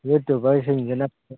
ꯌꯨꯇ꯭ꯌꯨꯕꯔꯁꯤꯡꯁꯤꯅ